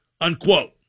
unquote